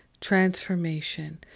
transformation